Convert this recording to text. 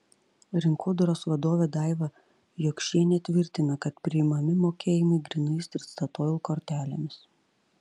rinkodaros vadovė daiva jokšienė tvirtina kad priimami mokėjimai grynais ir statoil kortelėmis